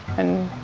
and